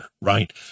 Right